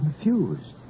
confused